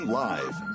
live